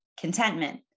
contentment